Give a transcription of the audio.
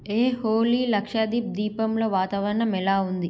హే హోలీ లక్షాదీప్ దీపంలో వాతావరణం ఎలా ఉంది